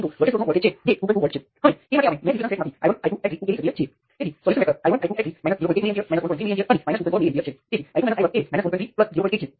એ જ રીતે જ્યારે તમારી પાસે 1 અને 1 પ્રાઇમ વચ્ચે ઓપન સર્કિટ હોય ત્યારે તે ઓપન સર્કિટ છે